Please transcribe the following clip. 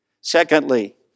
Secondly